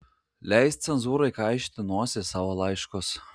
leisk cenzūrai kaišioti nosį į savo laiškus